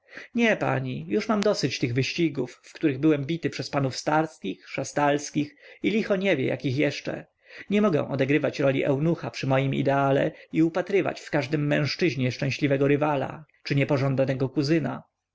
nie pani już mam dosyć tych wyścigów w których byłem bity przez panów starskich szastalskich i licho nie wie jakich jeszcze nie mogę odegrywać roli eunucha przy moim ideale i upatrywać w każdym mężczyźnie szczęśliwego rywala czy niepożądanego kuzyna